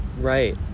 right